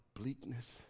bleakness